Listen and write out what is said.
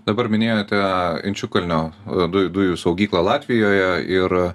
dabar minėjote inčiukalnio dujų dujų saugyklą latvijoje ir